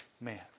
man